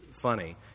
funny